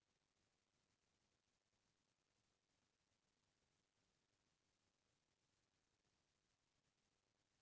आजकल के मनसे मन ह अपन पइसा ल जघा जघा अपन हिसाब ले निवेस करके रखे रहिथे